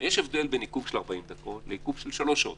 יש הבדל בין עיכוב של 40 דקות לשלוש שעות